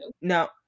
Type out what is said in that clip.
No